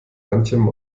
manchem